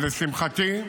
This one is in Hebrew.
לשמחתי,